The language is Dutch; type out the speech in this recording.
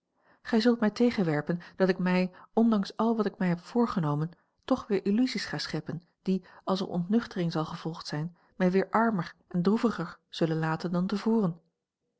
gij zult mij tegenwerpen dat ik mij ondanks al wat ik mij heb voorgenomen toch weer illusies ga scheppen die als er ontnuchtering zal gevolgd zijn mij weer armer en droeviger zullen laten dan te voren